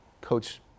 coach